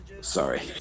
Sorry